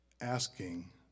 asking